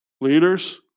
Leaders